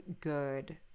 good